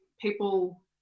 people